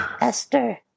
Esther